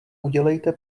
udělejte